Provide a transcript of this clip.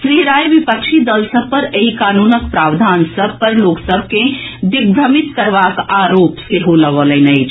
श्री राय विपक्षी दल सभ पर एहि कानूनक प्रावधान सभ पर लोकसभ कॅ दिग्भ्रमित करबाक आरोप सेहो लगौलनि अछि